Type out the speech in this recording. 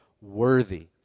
worthy